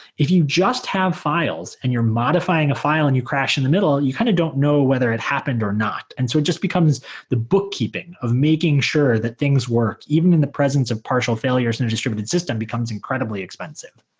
if you just have files and you're modifying a file and you crash in the middle, you kind of don't know whether it happened or not. and so it just becomes the bookkeeping of making sure that things worked even in the presence of partial failures in a distributed system becomes incredibly expensive.